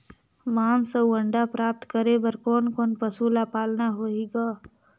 मांस अउ अंडा प्राप्त करे बर कोन कोन पशु ल पालना होही ग?